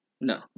No